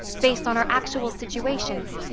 based on our actual situations,